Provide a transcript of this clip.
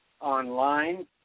online